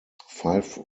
five